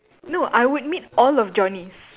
no I would meet all of Johnny's